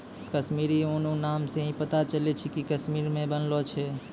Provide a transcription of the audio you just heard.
कश्मीरी ऊन नाम से ही पता चलै छै कि कश्मीर मे बनलो छै